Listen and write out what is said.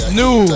new